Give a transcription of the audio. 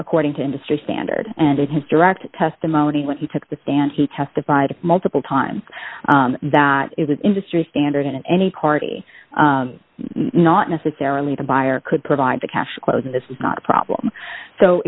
according to industry standard and his direct testimony when he took the stand he testified multiple times that it was industry standard and any party not necessarily the buyer could provide the cash flows and this is not a problem so